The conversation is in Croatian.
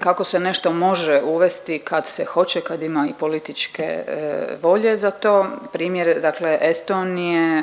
kako se nešto može uvesti kad se hoće, kad ima i političke volje za to. Primjer dakle Estonije